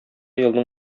елның